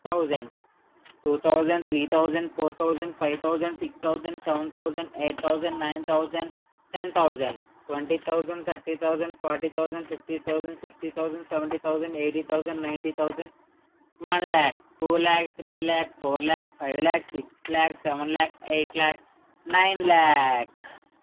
thousand two thousand three thousand four thousand five thousand six thousand seven thousand eight thousand nine thousand ten thousand twenty thousand thirty thousand forty thousand fifty thousand sixty thousand seventy thousand eighty thousand ninety thousand one lakh two lakh three lakh four lakh five lakh six lakh seven lakh eight lakh nine lakh